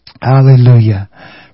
Hallelujah